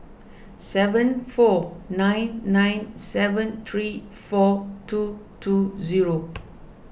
seven four nine nine seven three four two two zero